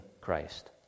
Christ